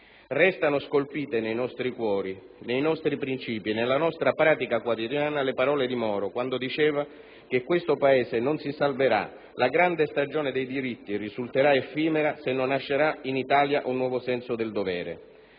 Restano scolpite nei nostri cuori, nei nostri princìpi, nella nostra pratica quotidiana le parole di Moro, quando diceva che questo Paese non si salverà, la grande stagione dei diritti risulterà effimera se non nascerà in Italia un nuovo senso del dovere.